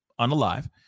unalive